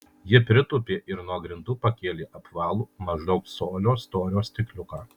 ji pritūpė ir nuo grindų pakėlė apvalų maždaug colio storio stikliuką